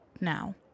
now